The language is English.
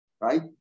right